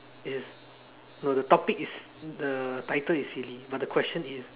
is no the topic is the title is silly but the question is